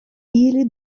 ili